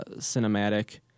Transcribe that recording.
cinematic